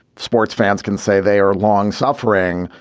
sports fans can say they are long suffering.